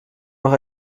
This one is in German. noch